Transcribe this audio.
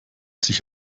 sich